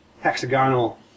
hexagonal